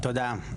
תודה.